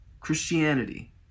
Christianity